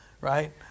Right